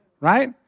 right